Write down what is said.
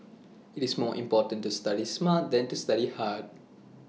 IT is more important to study smart than to study hard